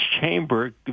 chamber